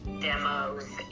demos